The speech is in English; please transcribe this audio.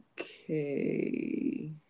Okay